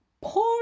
Poor